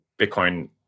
Bitcoin